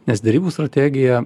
nes derybų strategiją